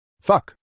Fuck